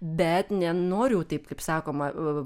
bet nenoriu taip kaip sakoma